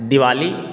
Diwali